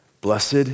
Blessed